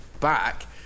back